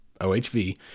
ohv